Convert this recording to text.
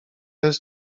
jest